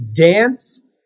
dance